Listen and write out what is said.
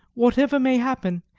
whatever may happen,